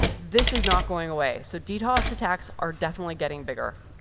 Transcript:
this is not going away. so ddos attacks are definitely getting bigger.